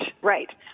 right